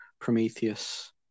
Prometheus